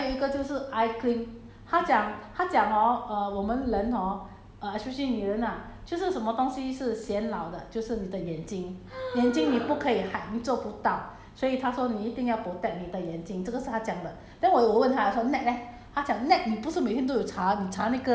没有没有出门她也是擦 sunblock 她也是擦我看她也是擦 leh then 她讲还有一个就是 eye cream 她讲她讲 hor err 我们人 hor especially 女人 ah 就是什么东西是显老的就是你的眼睛眼睛你不可以 hide 你遮不到所以她说你一定要 protect 你的眼睛这个是她讲的